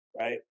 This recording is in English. Right